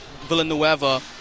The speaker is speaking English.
Villanueva